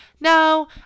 no